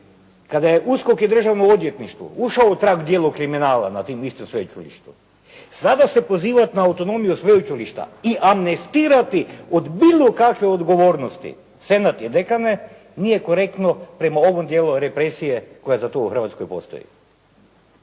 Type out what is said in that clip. kada je USKOK i državno odvjetništvo ušao u trag dijelu kriminala na … sveučilištu, sada se pozivati na autonomiju sveučilišta i amnestirati od bilo kakve odgovornosti senat i dekane, nije korektno prema ovom dijelu represije koja za to u Hrvatskoj postoji.